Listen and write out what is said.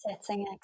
setting